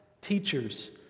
teachers